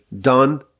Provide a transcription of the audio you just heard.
done